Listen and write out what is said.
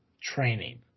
training